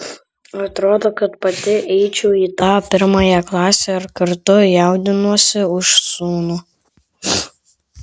atrodo kad pati eičiau į tą pirmąją klasę ir kartu jaudinuosi už sūnų